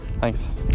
Thanks